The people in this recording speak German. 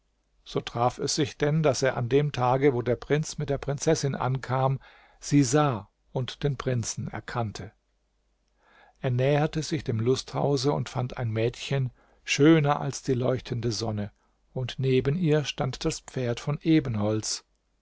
so traf es sich denn daß er an dem tage wo der prinz mit der prinzessin ankam sie sah und den prinzen erkannte er näherte sich dem lusthause und fand ein mädchen schöner als die leuchtende sonne und neben ihr stand das pferd von